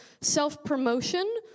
self-promotion